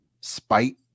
spite